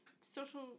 Social